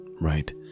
Right